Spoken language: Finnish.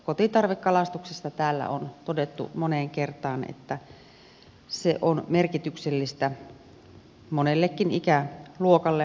kotitarvekalastuksesta täällä on todettu moneen kertaan että se on merkityksellistä monellekin ikäluokalle myös eläkeläisille